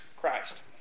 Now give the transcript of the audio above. Christ